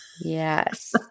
Yes